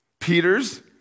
Peter's